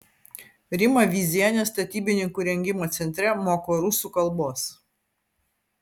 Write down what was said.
rima vyzienė statybininkų rengimo centre moko rusų kalbos